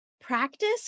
practice